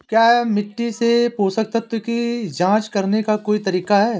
क्या मिट्टी से पोषक तत्व की जांच करने का कोई तरीका है?